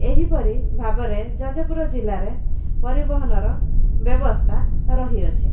ଏହିପରି ଭାବରେ ଯାଜପୁର ଜିଲ୍ଲାରେ ପରିବହନର ବ୍ୟବସ୍ଥା ରହିଅଛି